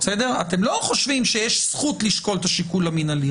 שאתם לא חושבים שיש זכות לשקול את השיקול המינהלי.